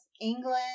England